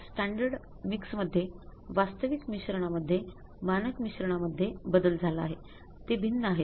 standard मिक्समध्ये वास्तविक मिश्रणामध्येमानक मिश्रणामध्ये बदल झाला आहे ते भिन्न आहेत